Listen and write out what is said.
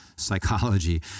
psychology